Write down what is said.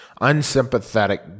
unsympathetic